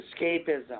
escapism